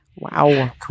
Wow